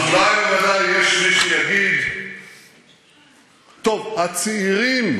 אז אולי, בוודאי, יש מי שיגיד: טוב, הצעירים,